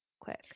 Quick